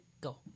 go